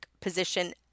position